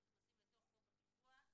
אנחנו נכנסים לתוך חוק הפיקוח.